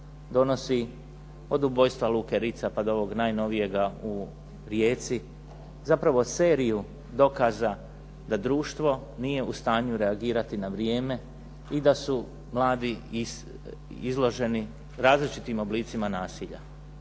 donosi od ubojstva Luke Rica pa do ovog najnovijega u Rijeci, zapravo seriju dokaza da društvo nije u stanju reagirati na vrijeme i da su mladi izloženi različitim oblicima nasilja.